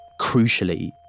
crucially